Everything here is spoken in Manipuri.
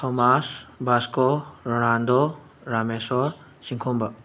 ꯊꯣꯃꯥꯁ ꯕꯥꯁꯀꯣ ꯔꯣꯅꯥꯟꯗꯣ ꯔꯥꯃꯦꯁꯣꯔ ꯆꯤꯡꯈꯣꯝꯕ